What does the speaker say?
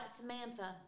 Samantha